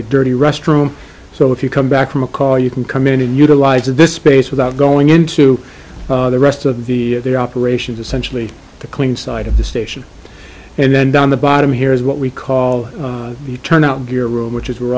the dirty restroom so if you come back from a call you can come in and utilize this space without going into the rest of the operations essentially the clean side of the station and then down the bottom here is what we call the turnout gear room which is where